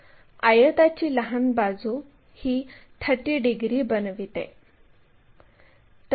आता आपण पाहू शकतो की Q आणि R ने बनविलेला कोन हा 113 डिग्री आसपास आहे